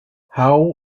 how